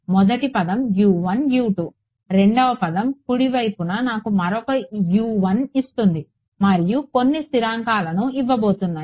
మొదటి పదం రెండవ పదం కుడి వైపున నాకు మరొక ఇస్తుంది మరియు కొన్ని స్థిరాంకాలను ఇవ్వబోతున్నాయి